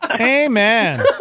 Amen